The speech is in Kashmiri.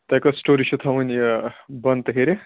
تۄہہِ کٔژ سِٹوری چھِ تھاوٕنۍ یہِ بۄنہٕ تہٕ ہیٚرِ